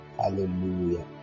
Hallelujah